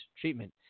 treatment